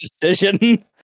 decision